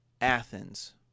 Athens